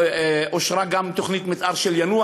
ואושרה גם תוכנית המתאר של יאנוח,